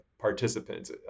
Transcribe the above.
participants